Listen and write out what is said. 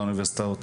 באוניברסיטאות.